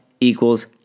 equals